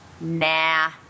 Nah